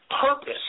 purpose